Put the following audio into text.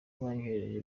banyohereje